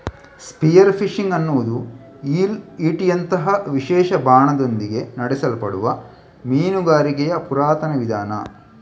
spear fishing ಅನ್ನುದು ಈಲ್ ಈಟಿಯಂತಹ ವಿಶೇಷ ಬಾಣದೊಂದಿಗೆ ನಡೆಸಲ್ಪಡುವ ಮೀನುಗಾರಿಕೆಯ ಪುರಾತನ ವಿಧಾನ